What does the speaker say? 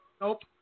Nope